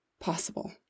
possible